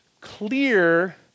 clear